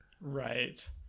right